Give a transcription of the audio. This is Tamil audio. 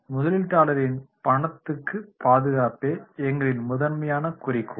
முதலீட்டாளர்களின் பணப்பாதுகாப்பே எங்களின் முதன்மையான குறிக்கோள்